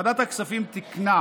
ועדת הכספים תיקנה